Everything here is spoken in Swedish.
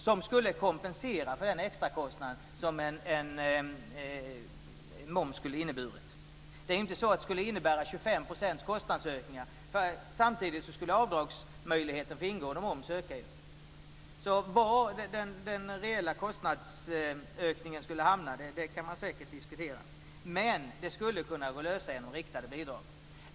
De skulle kompensera för den extrakostnad som en moms skulle ha inneburit. Det är inte så att det skulle ha inneburit 25 % i kostnadsökningar. Samtidigt ökar ju avdragsmöjligheten för ingående moms. Var den reella kostnadsökningen skulle hamna kan man säkert diskutera. Men det skulle kunna gå att lösa genom riktade bidrag.